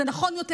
זה נכון יותר,